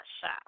shop